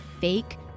Fake